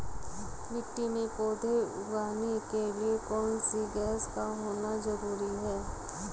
मिट्टी में पौधे उगाने के लिए कौन सी गैस का होना जरूरी है?